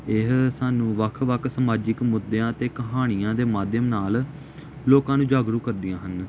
ਇਹ ਸਾਨੂੰ ਵੱਖ ਵੱਖ ਸਮਾਜਿਕ ਮੁੱਦਿਆਂ 'ਤੇ ਕਹਾਣੀਆਂ ਦੇ ਮਾਧਿਅਮ ਨਾਲ ਲੋਕਾਂ ਨੂੰ ਜਾਗਰੂਕ ਕਰਦੀਆਂ ਹਨ